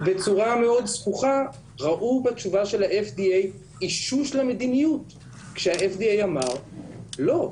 בצורה מאוד זחוחה ראו בתשובה של ה-FDA אישור למדיניות כשה-FDA אמר לא.